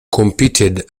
competed